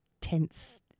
tense